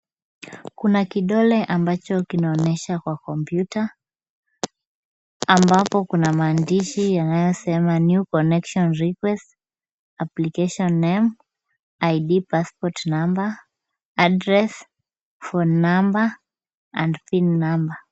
Kuna kidole ambacho kinaonyesha kwa kompyuta. Ambapo kuna maandishi yanayosema, new connection request, application name, ID, passport number, address, phone number, and PIN number .